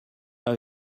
are